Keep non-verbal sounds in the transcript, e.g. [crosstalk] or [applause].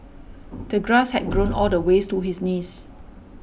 [noise] the grass had grown all the ways to his knees